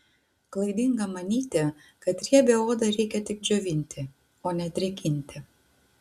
klaidinga manyti kad riebią odą reikia tik džiovinti o ne drėkinti